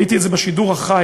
ראיתי את זה בשידור החי,